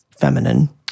feminine